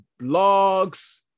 blogs